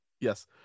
Yes